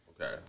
Okay